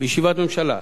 בישיבת ממשלה,